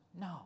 no